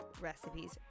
recipes